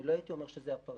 אני לא הייתי אומר שזה הפארטו.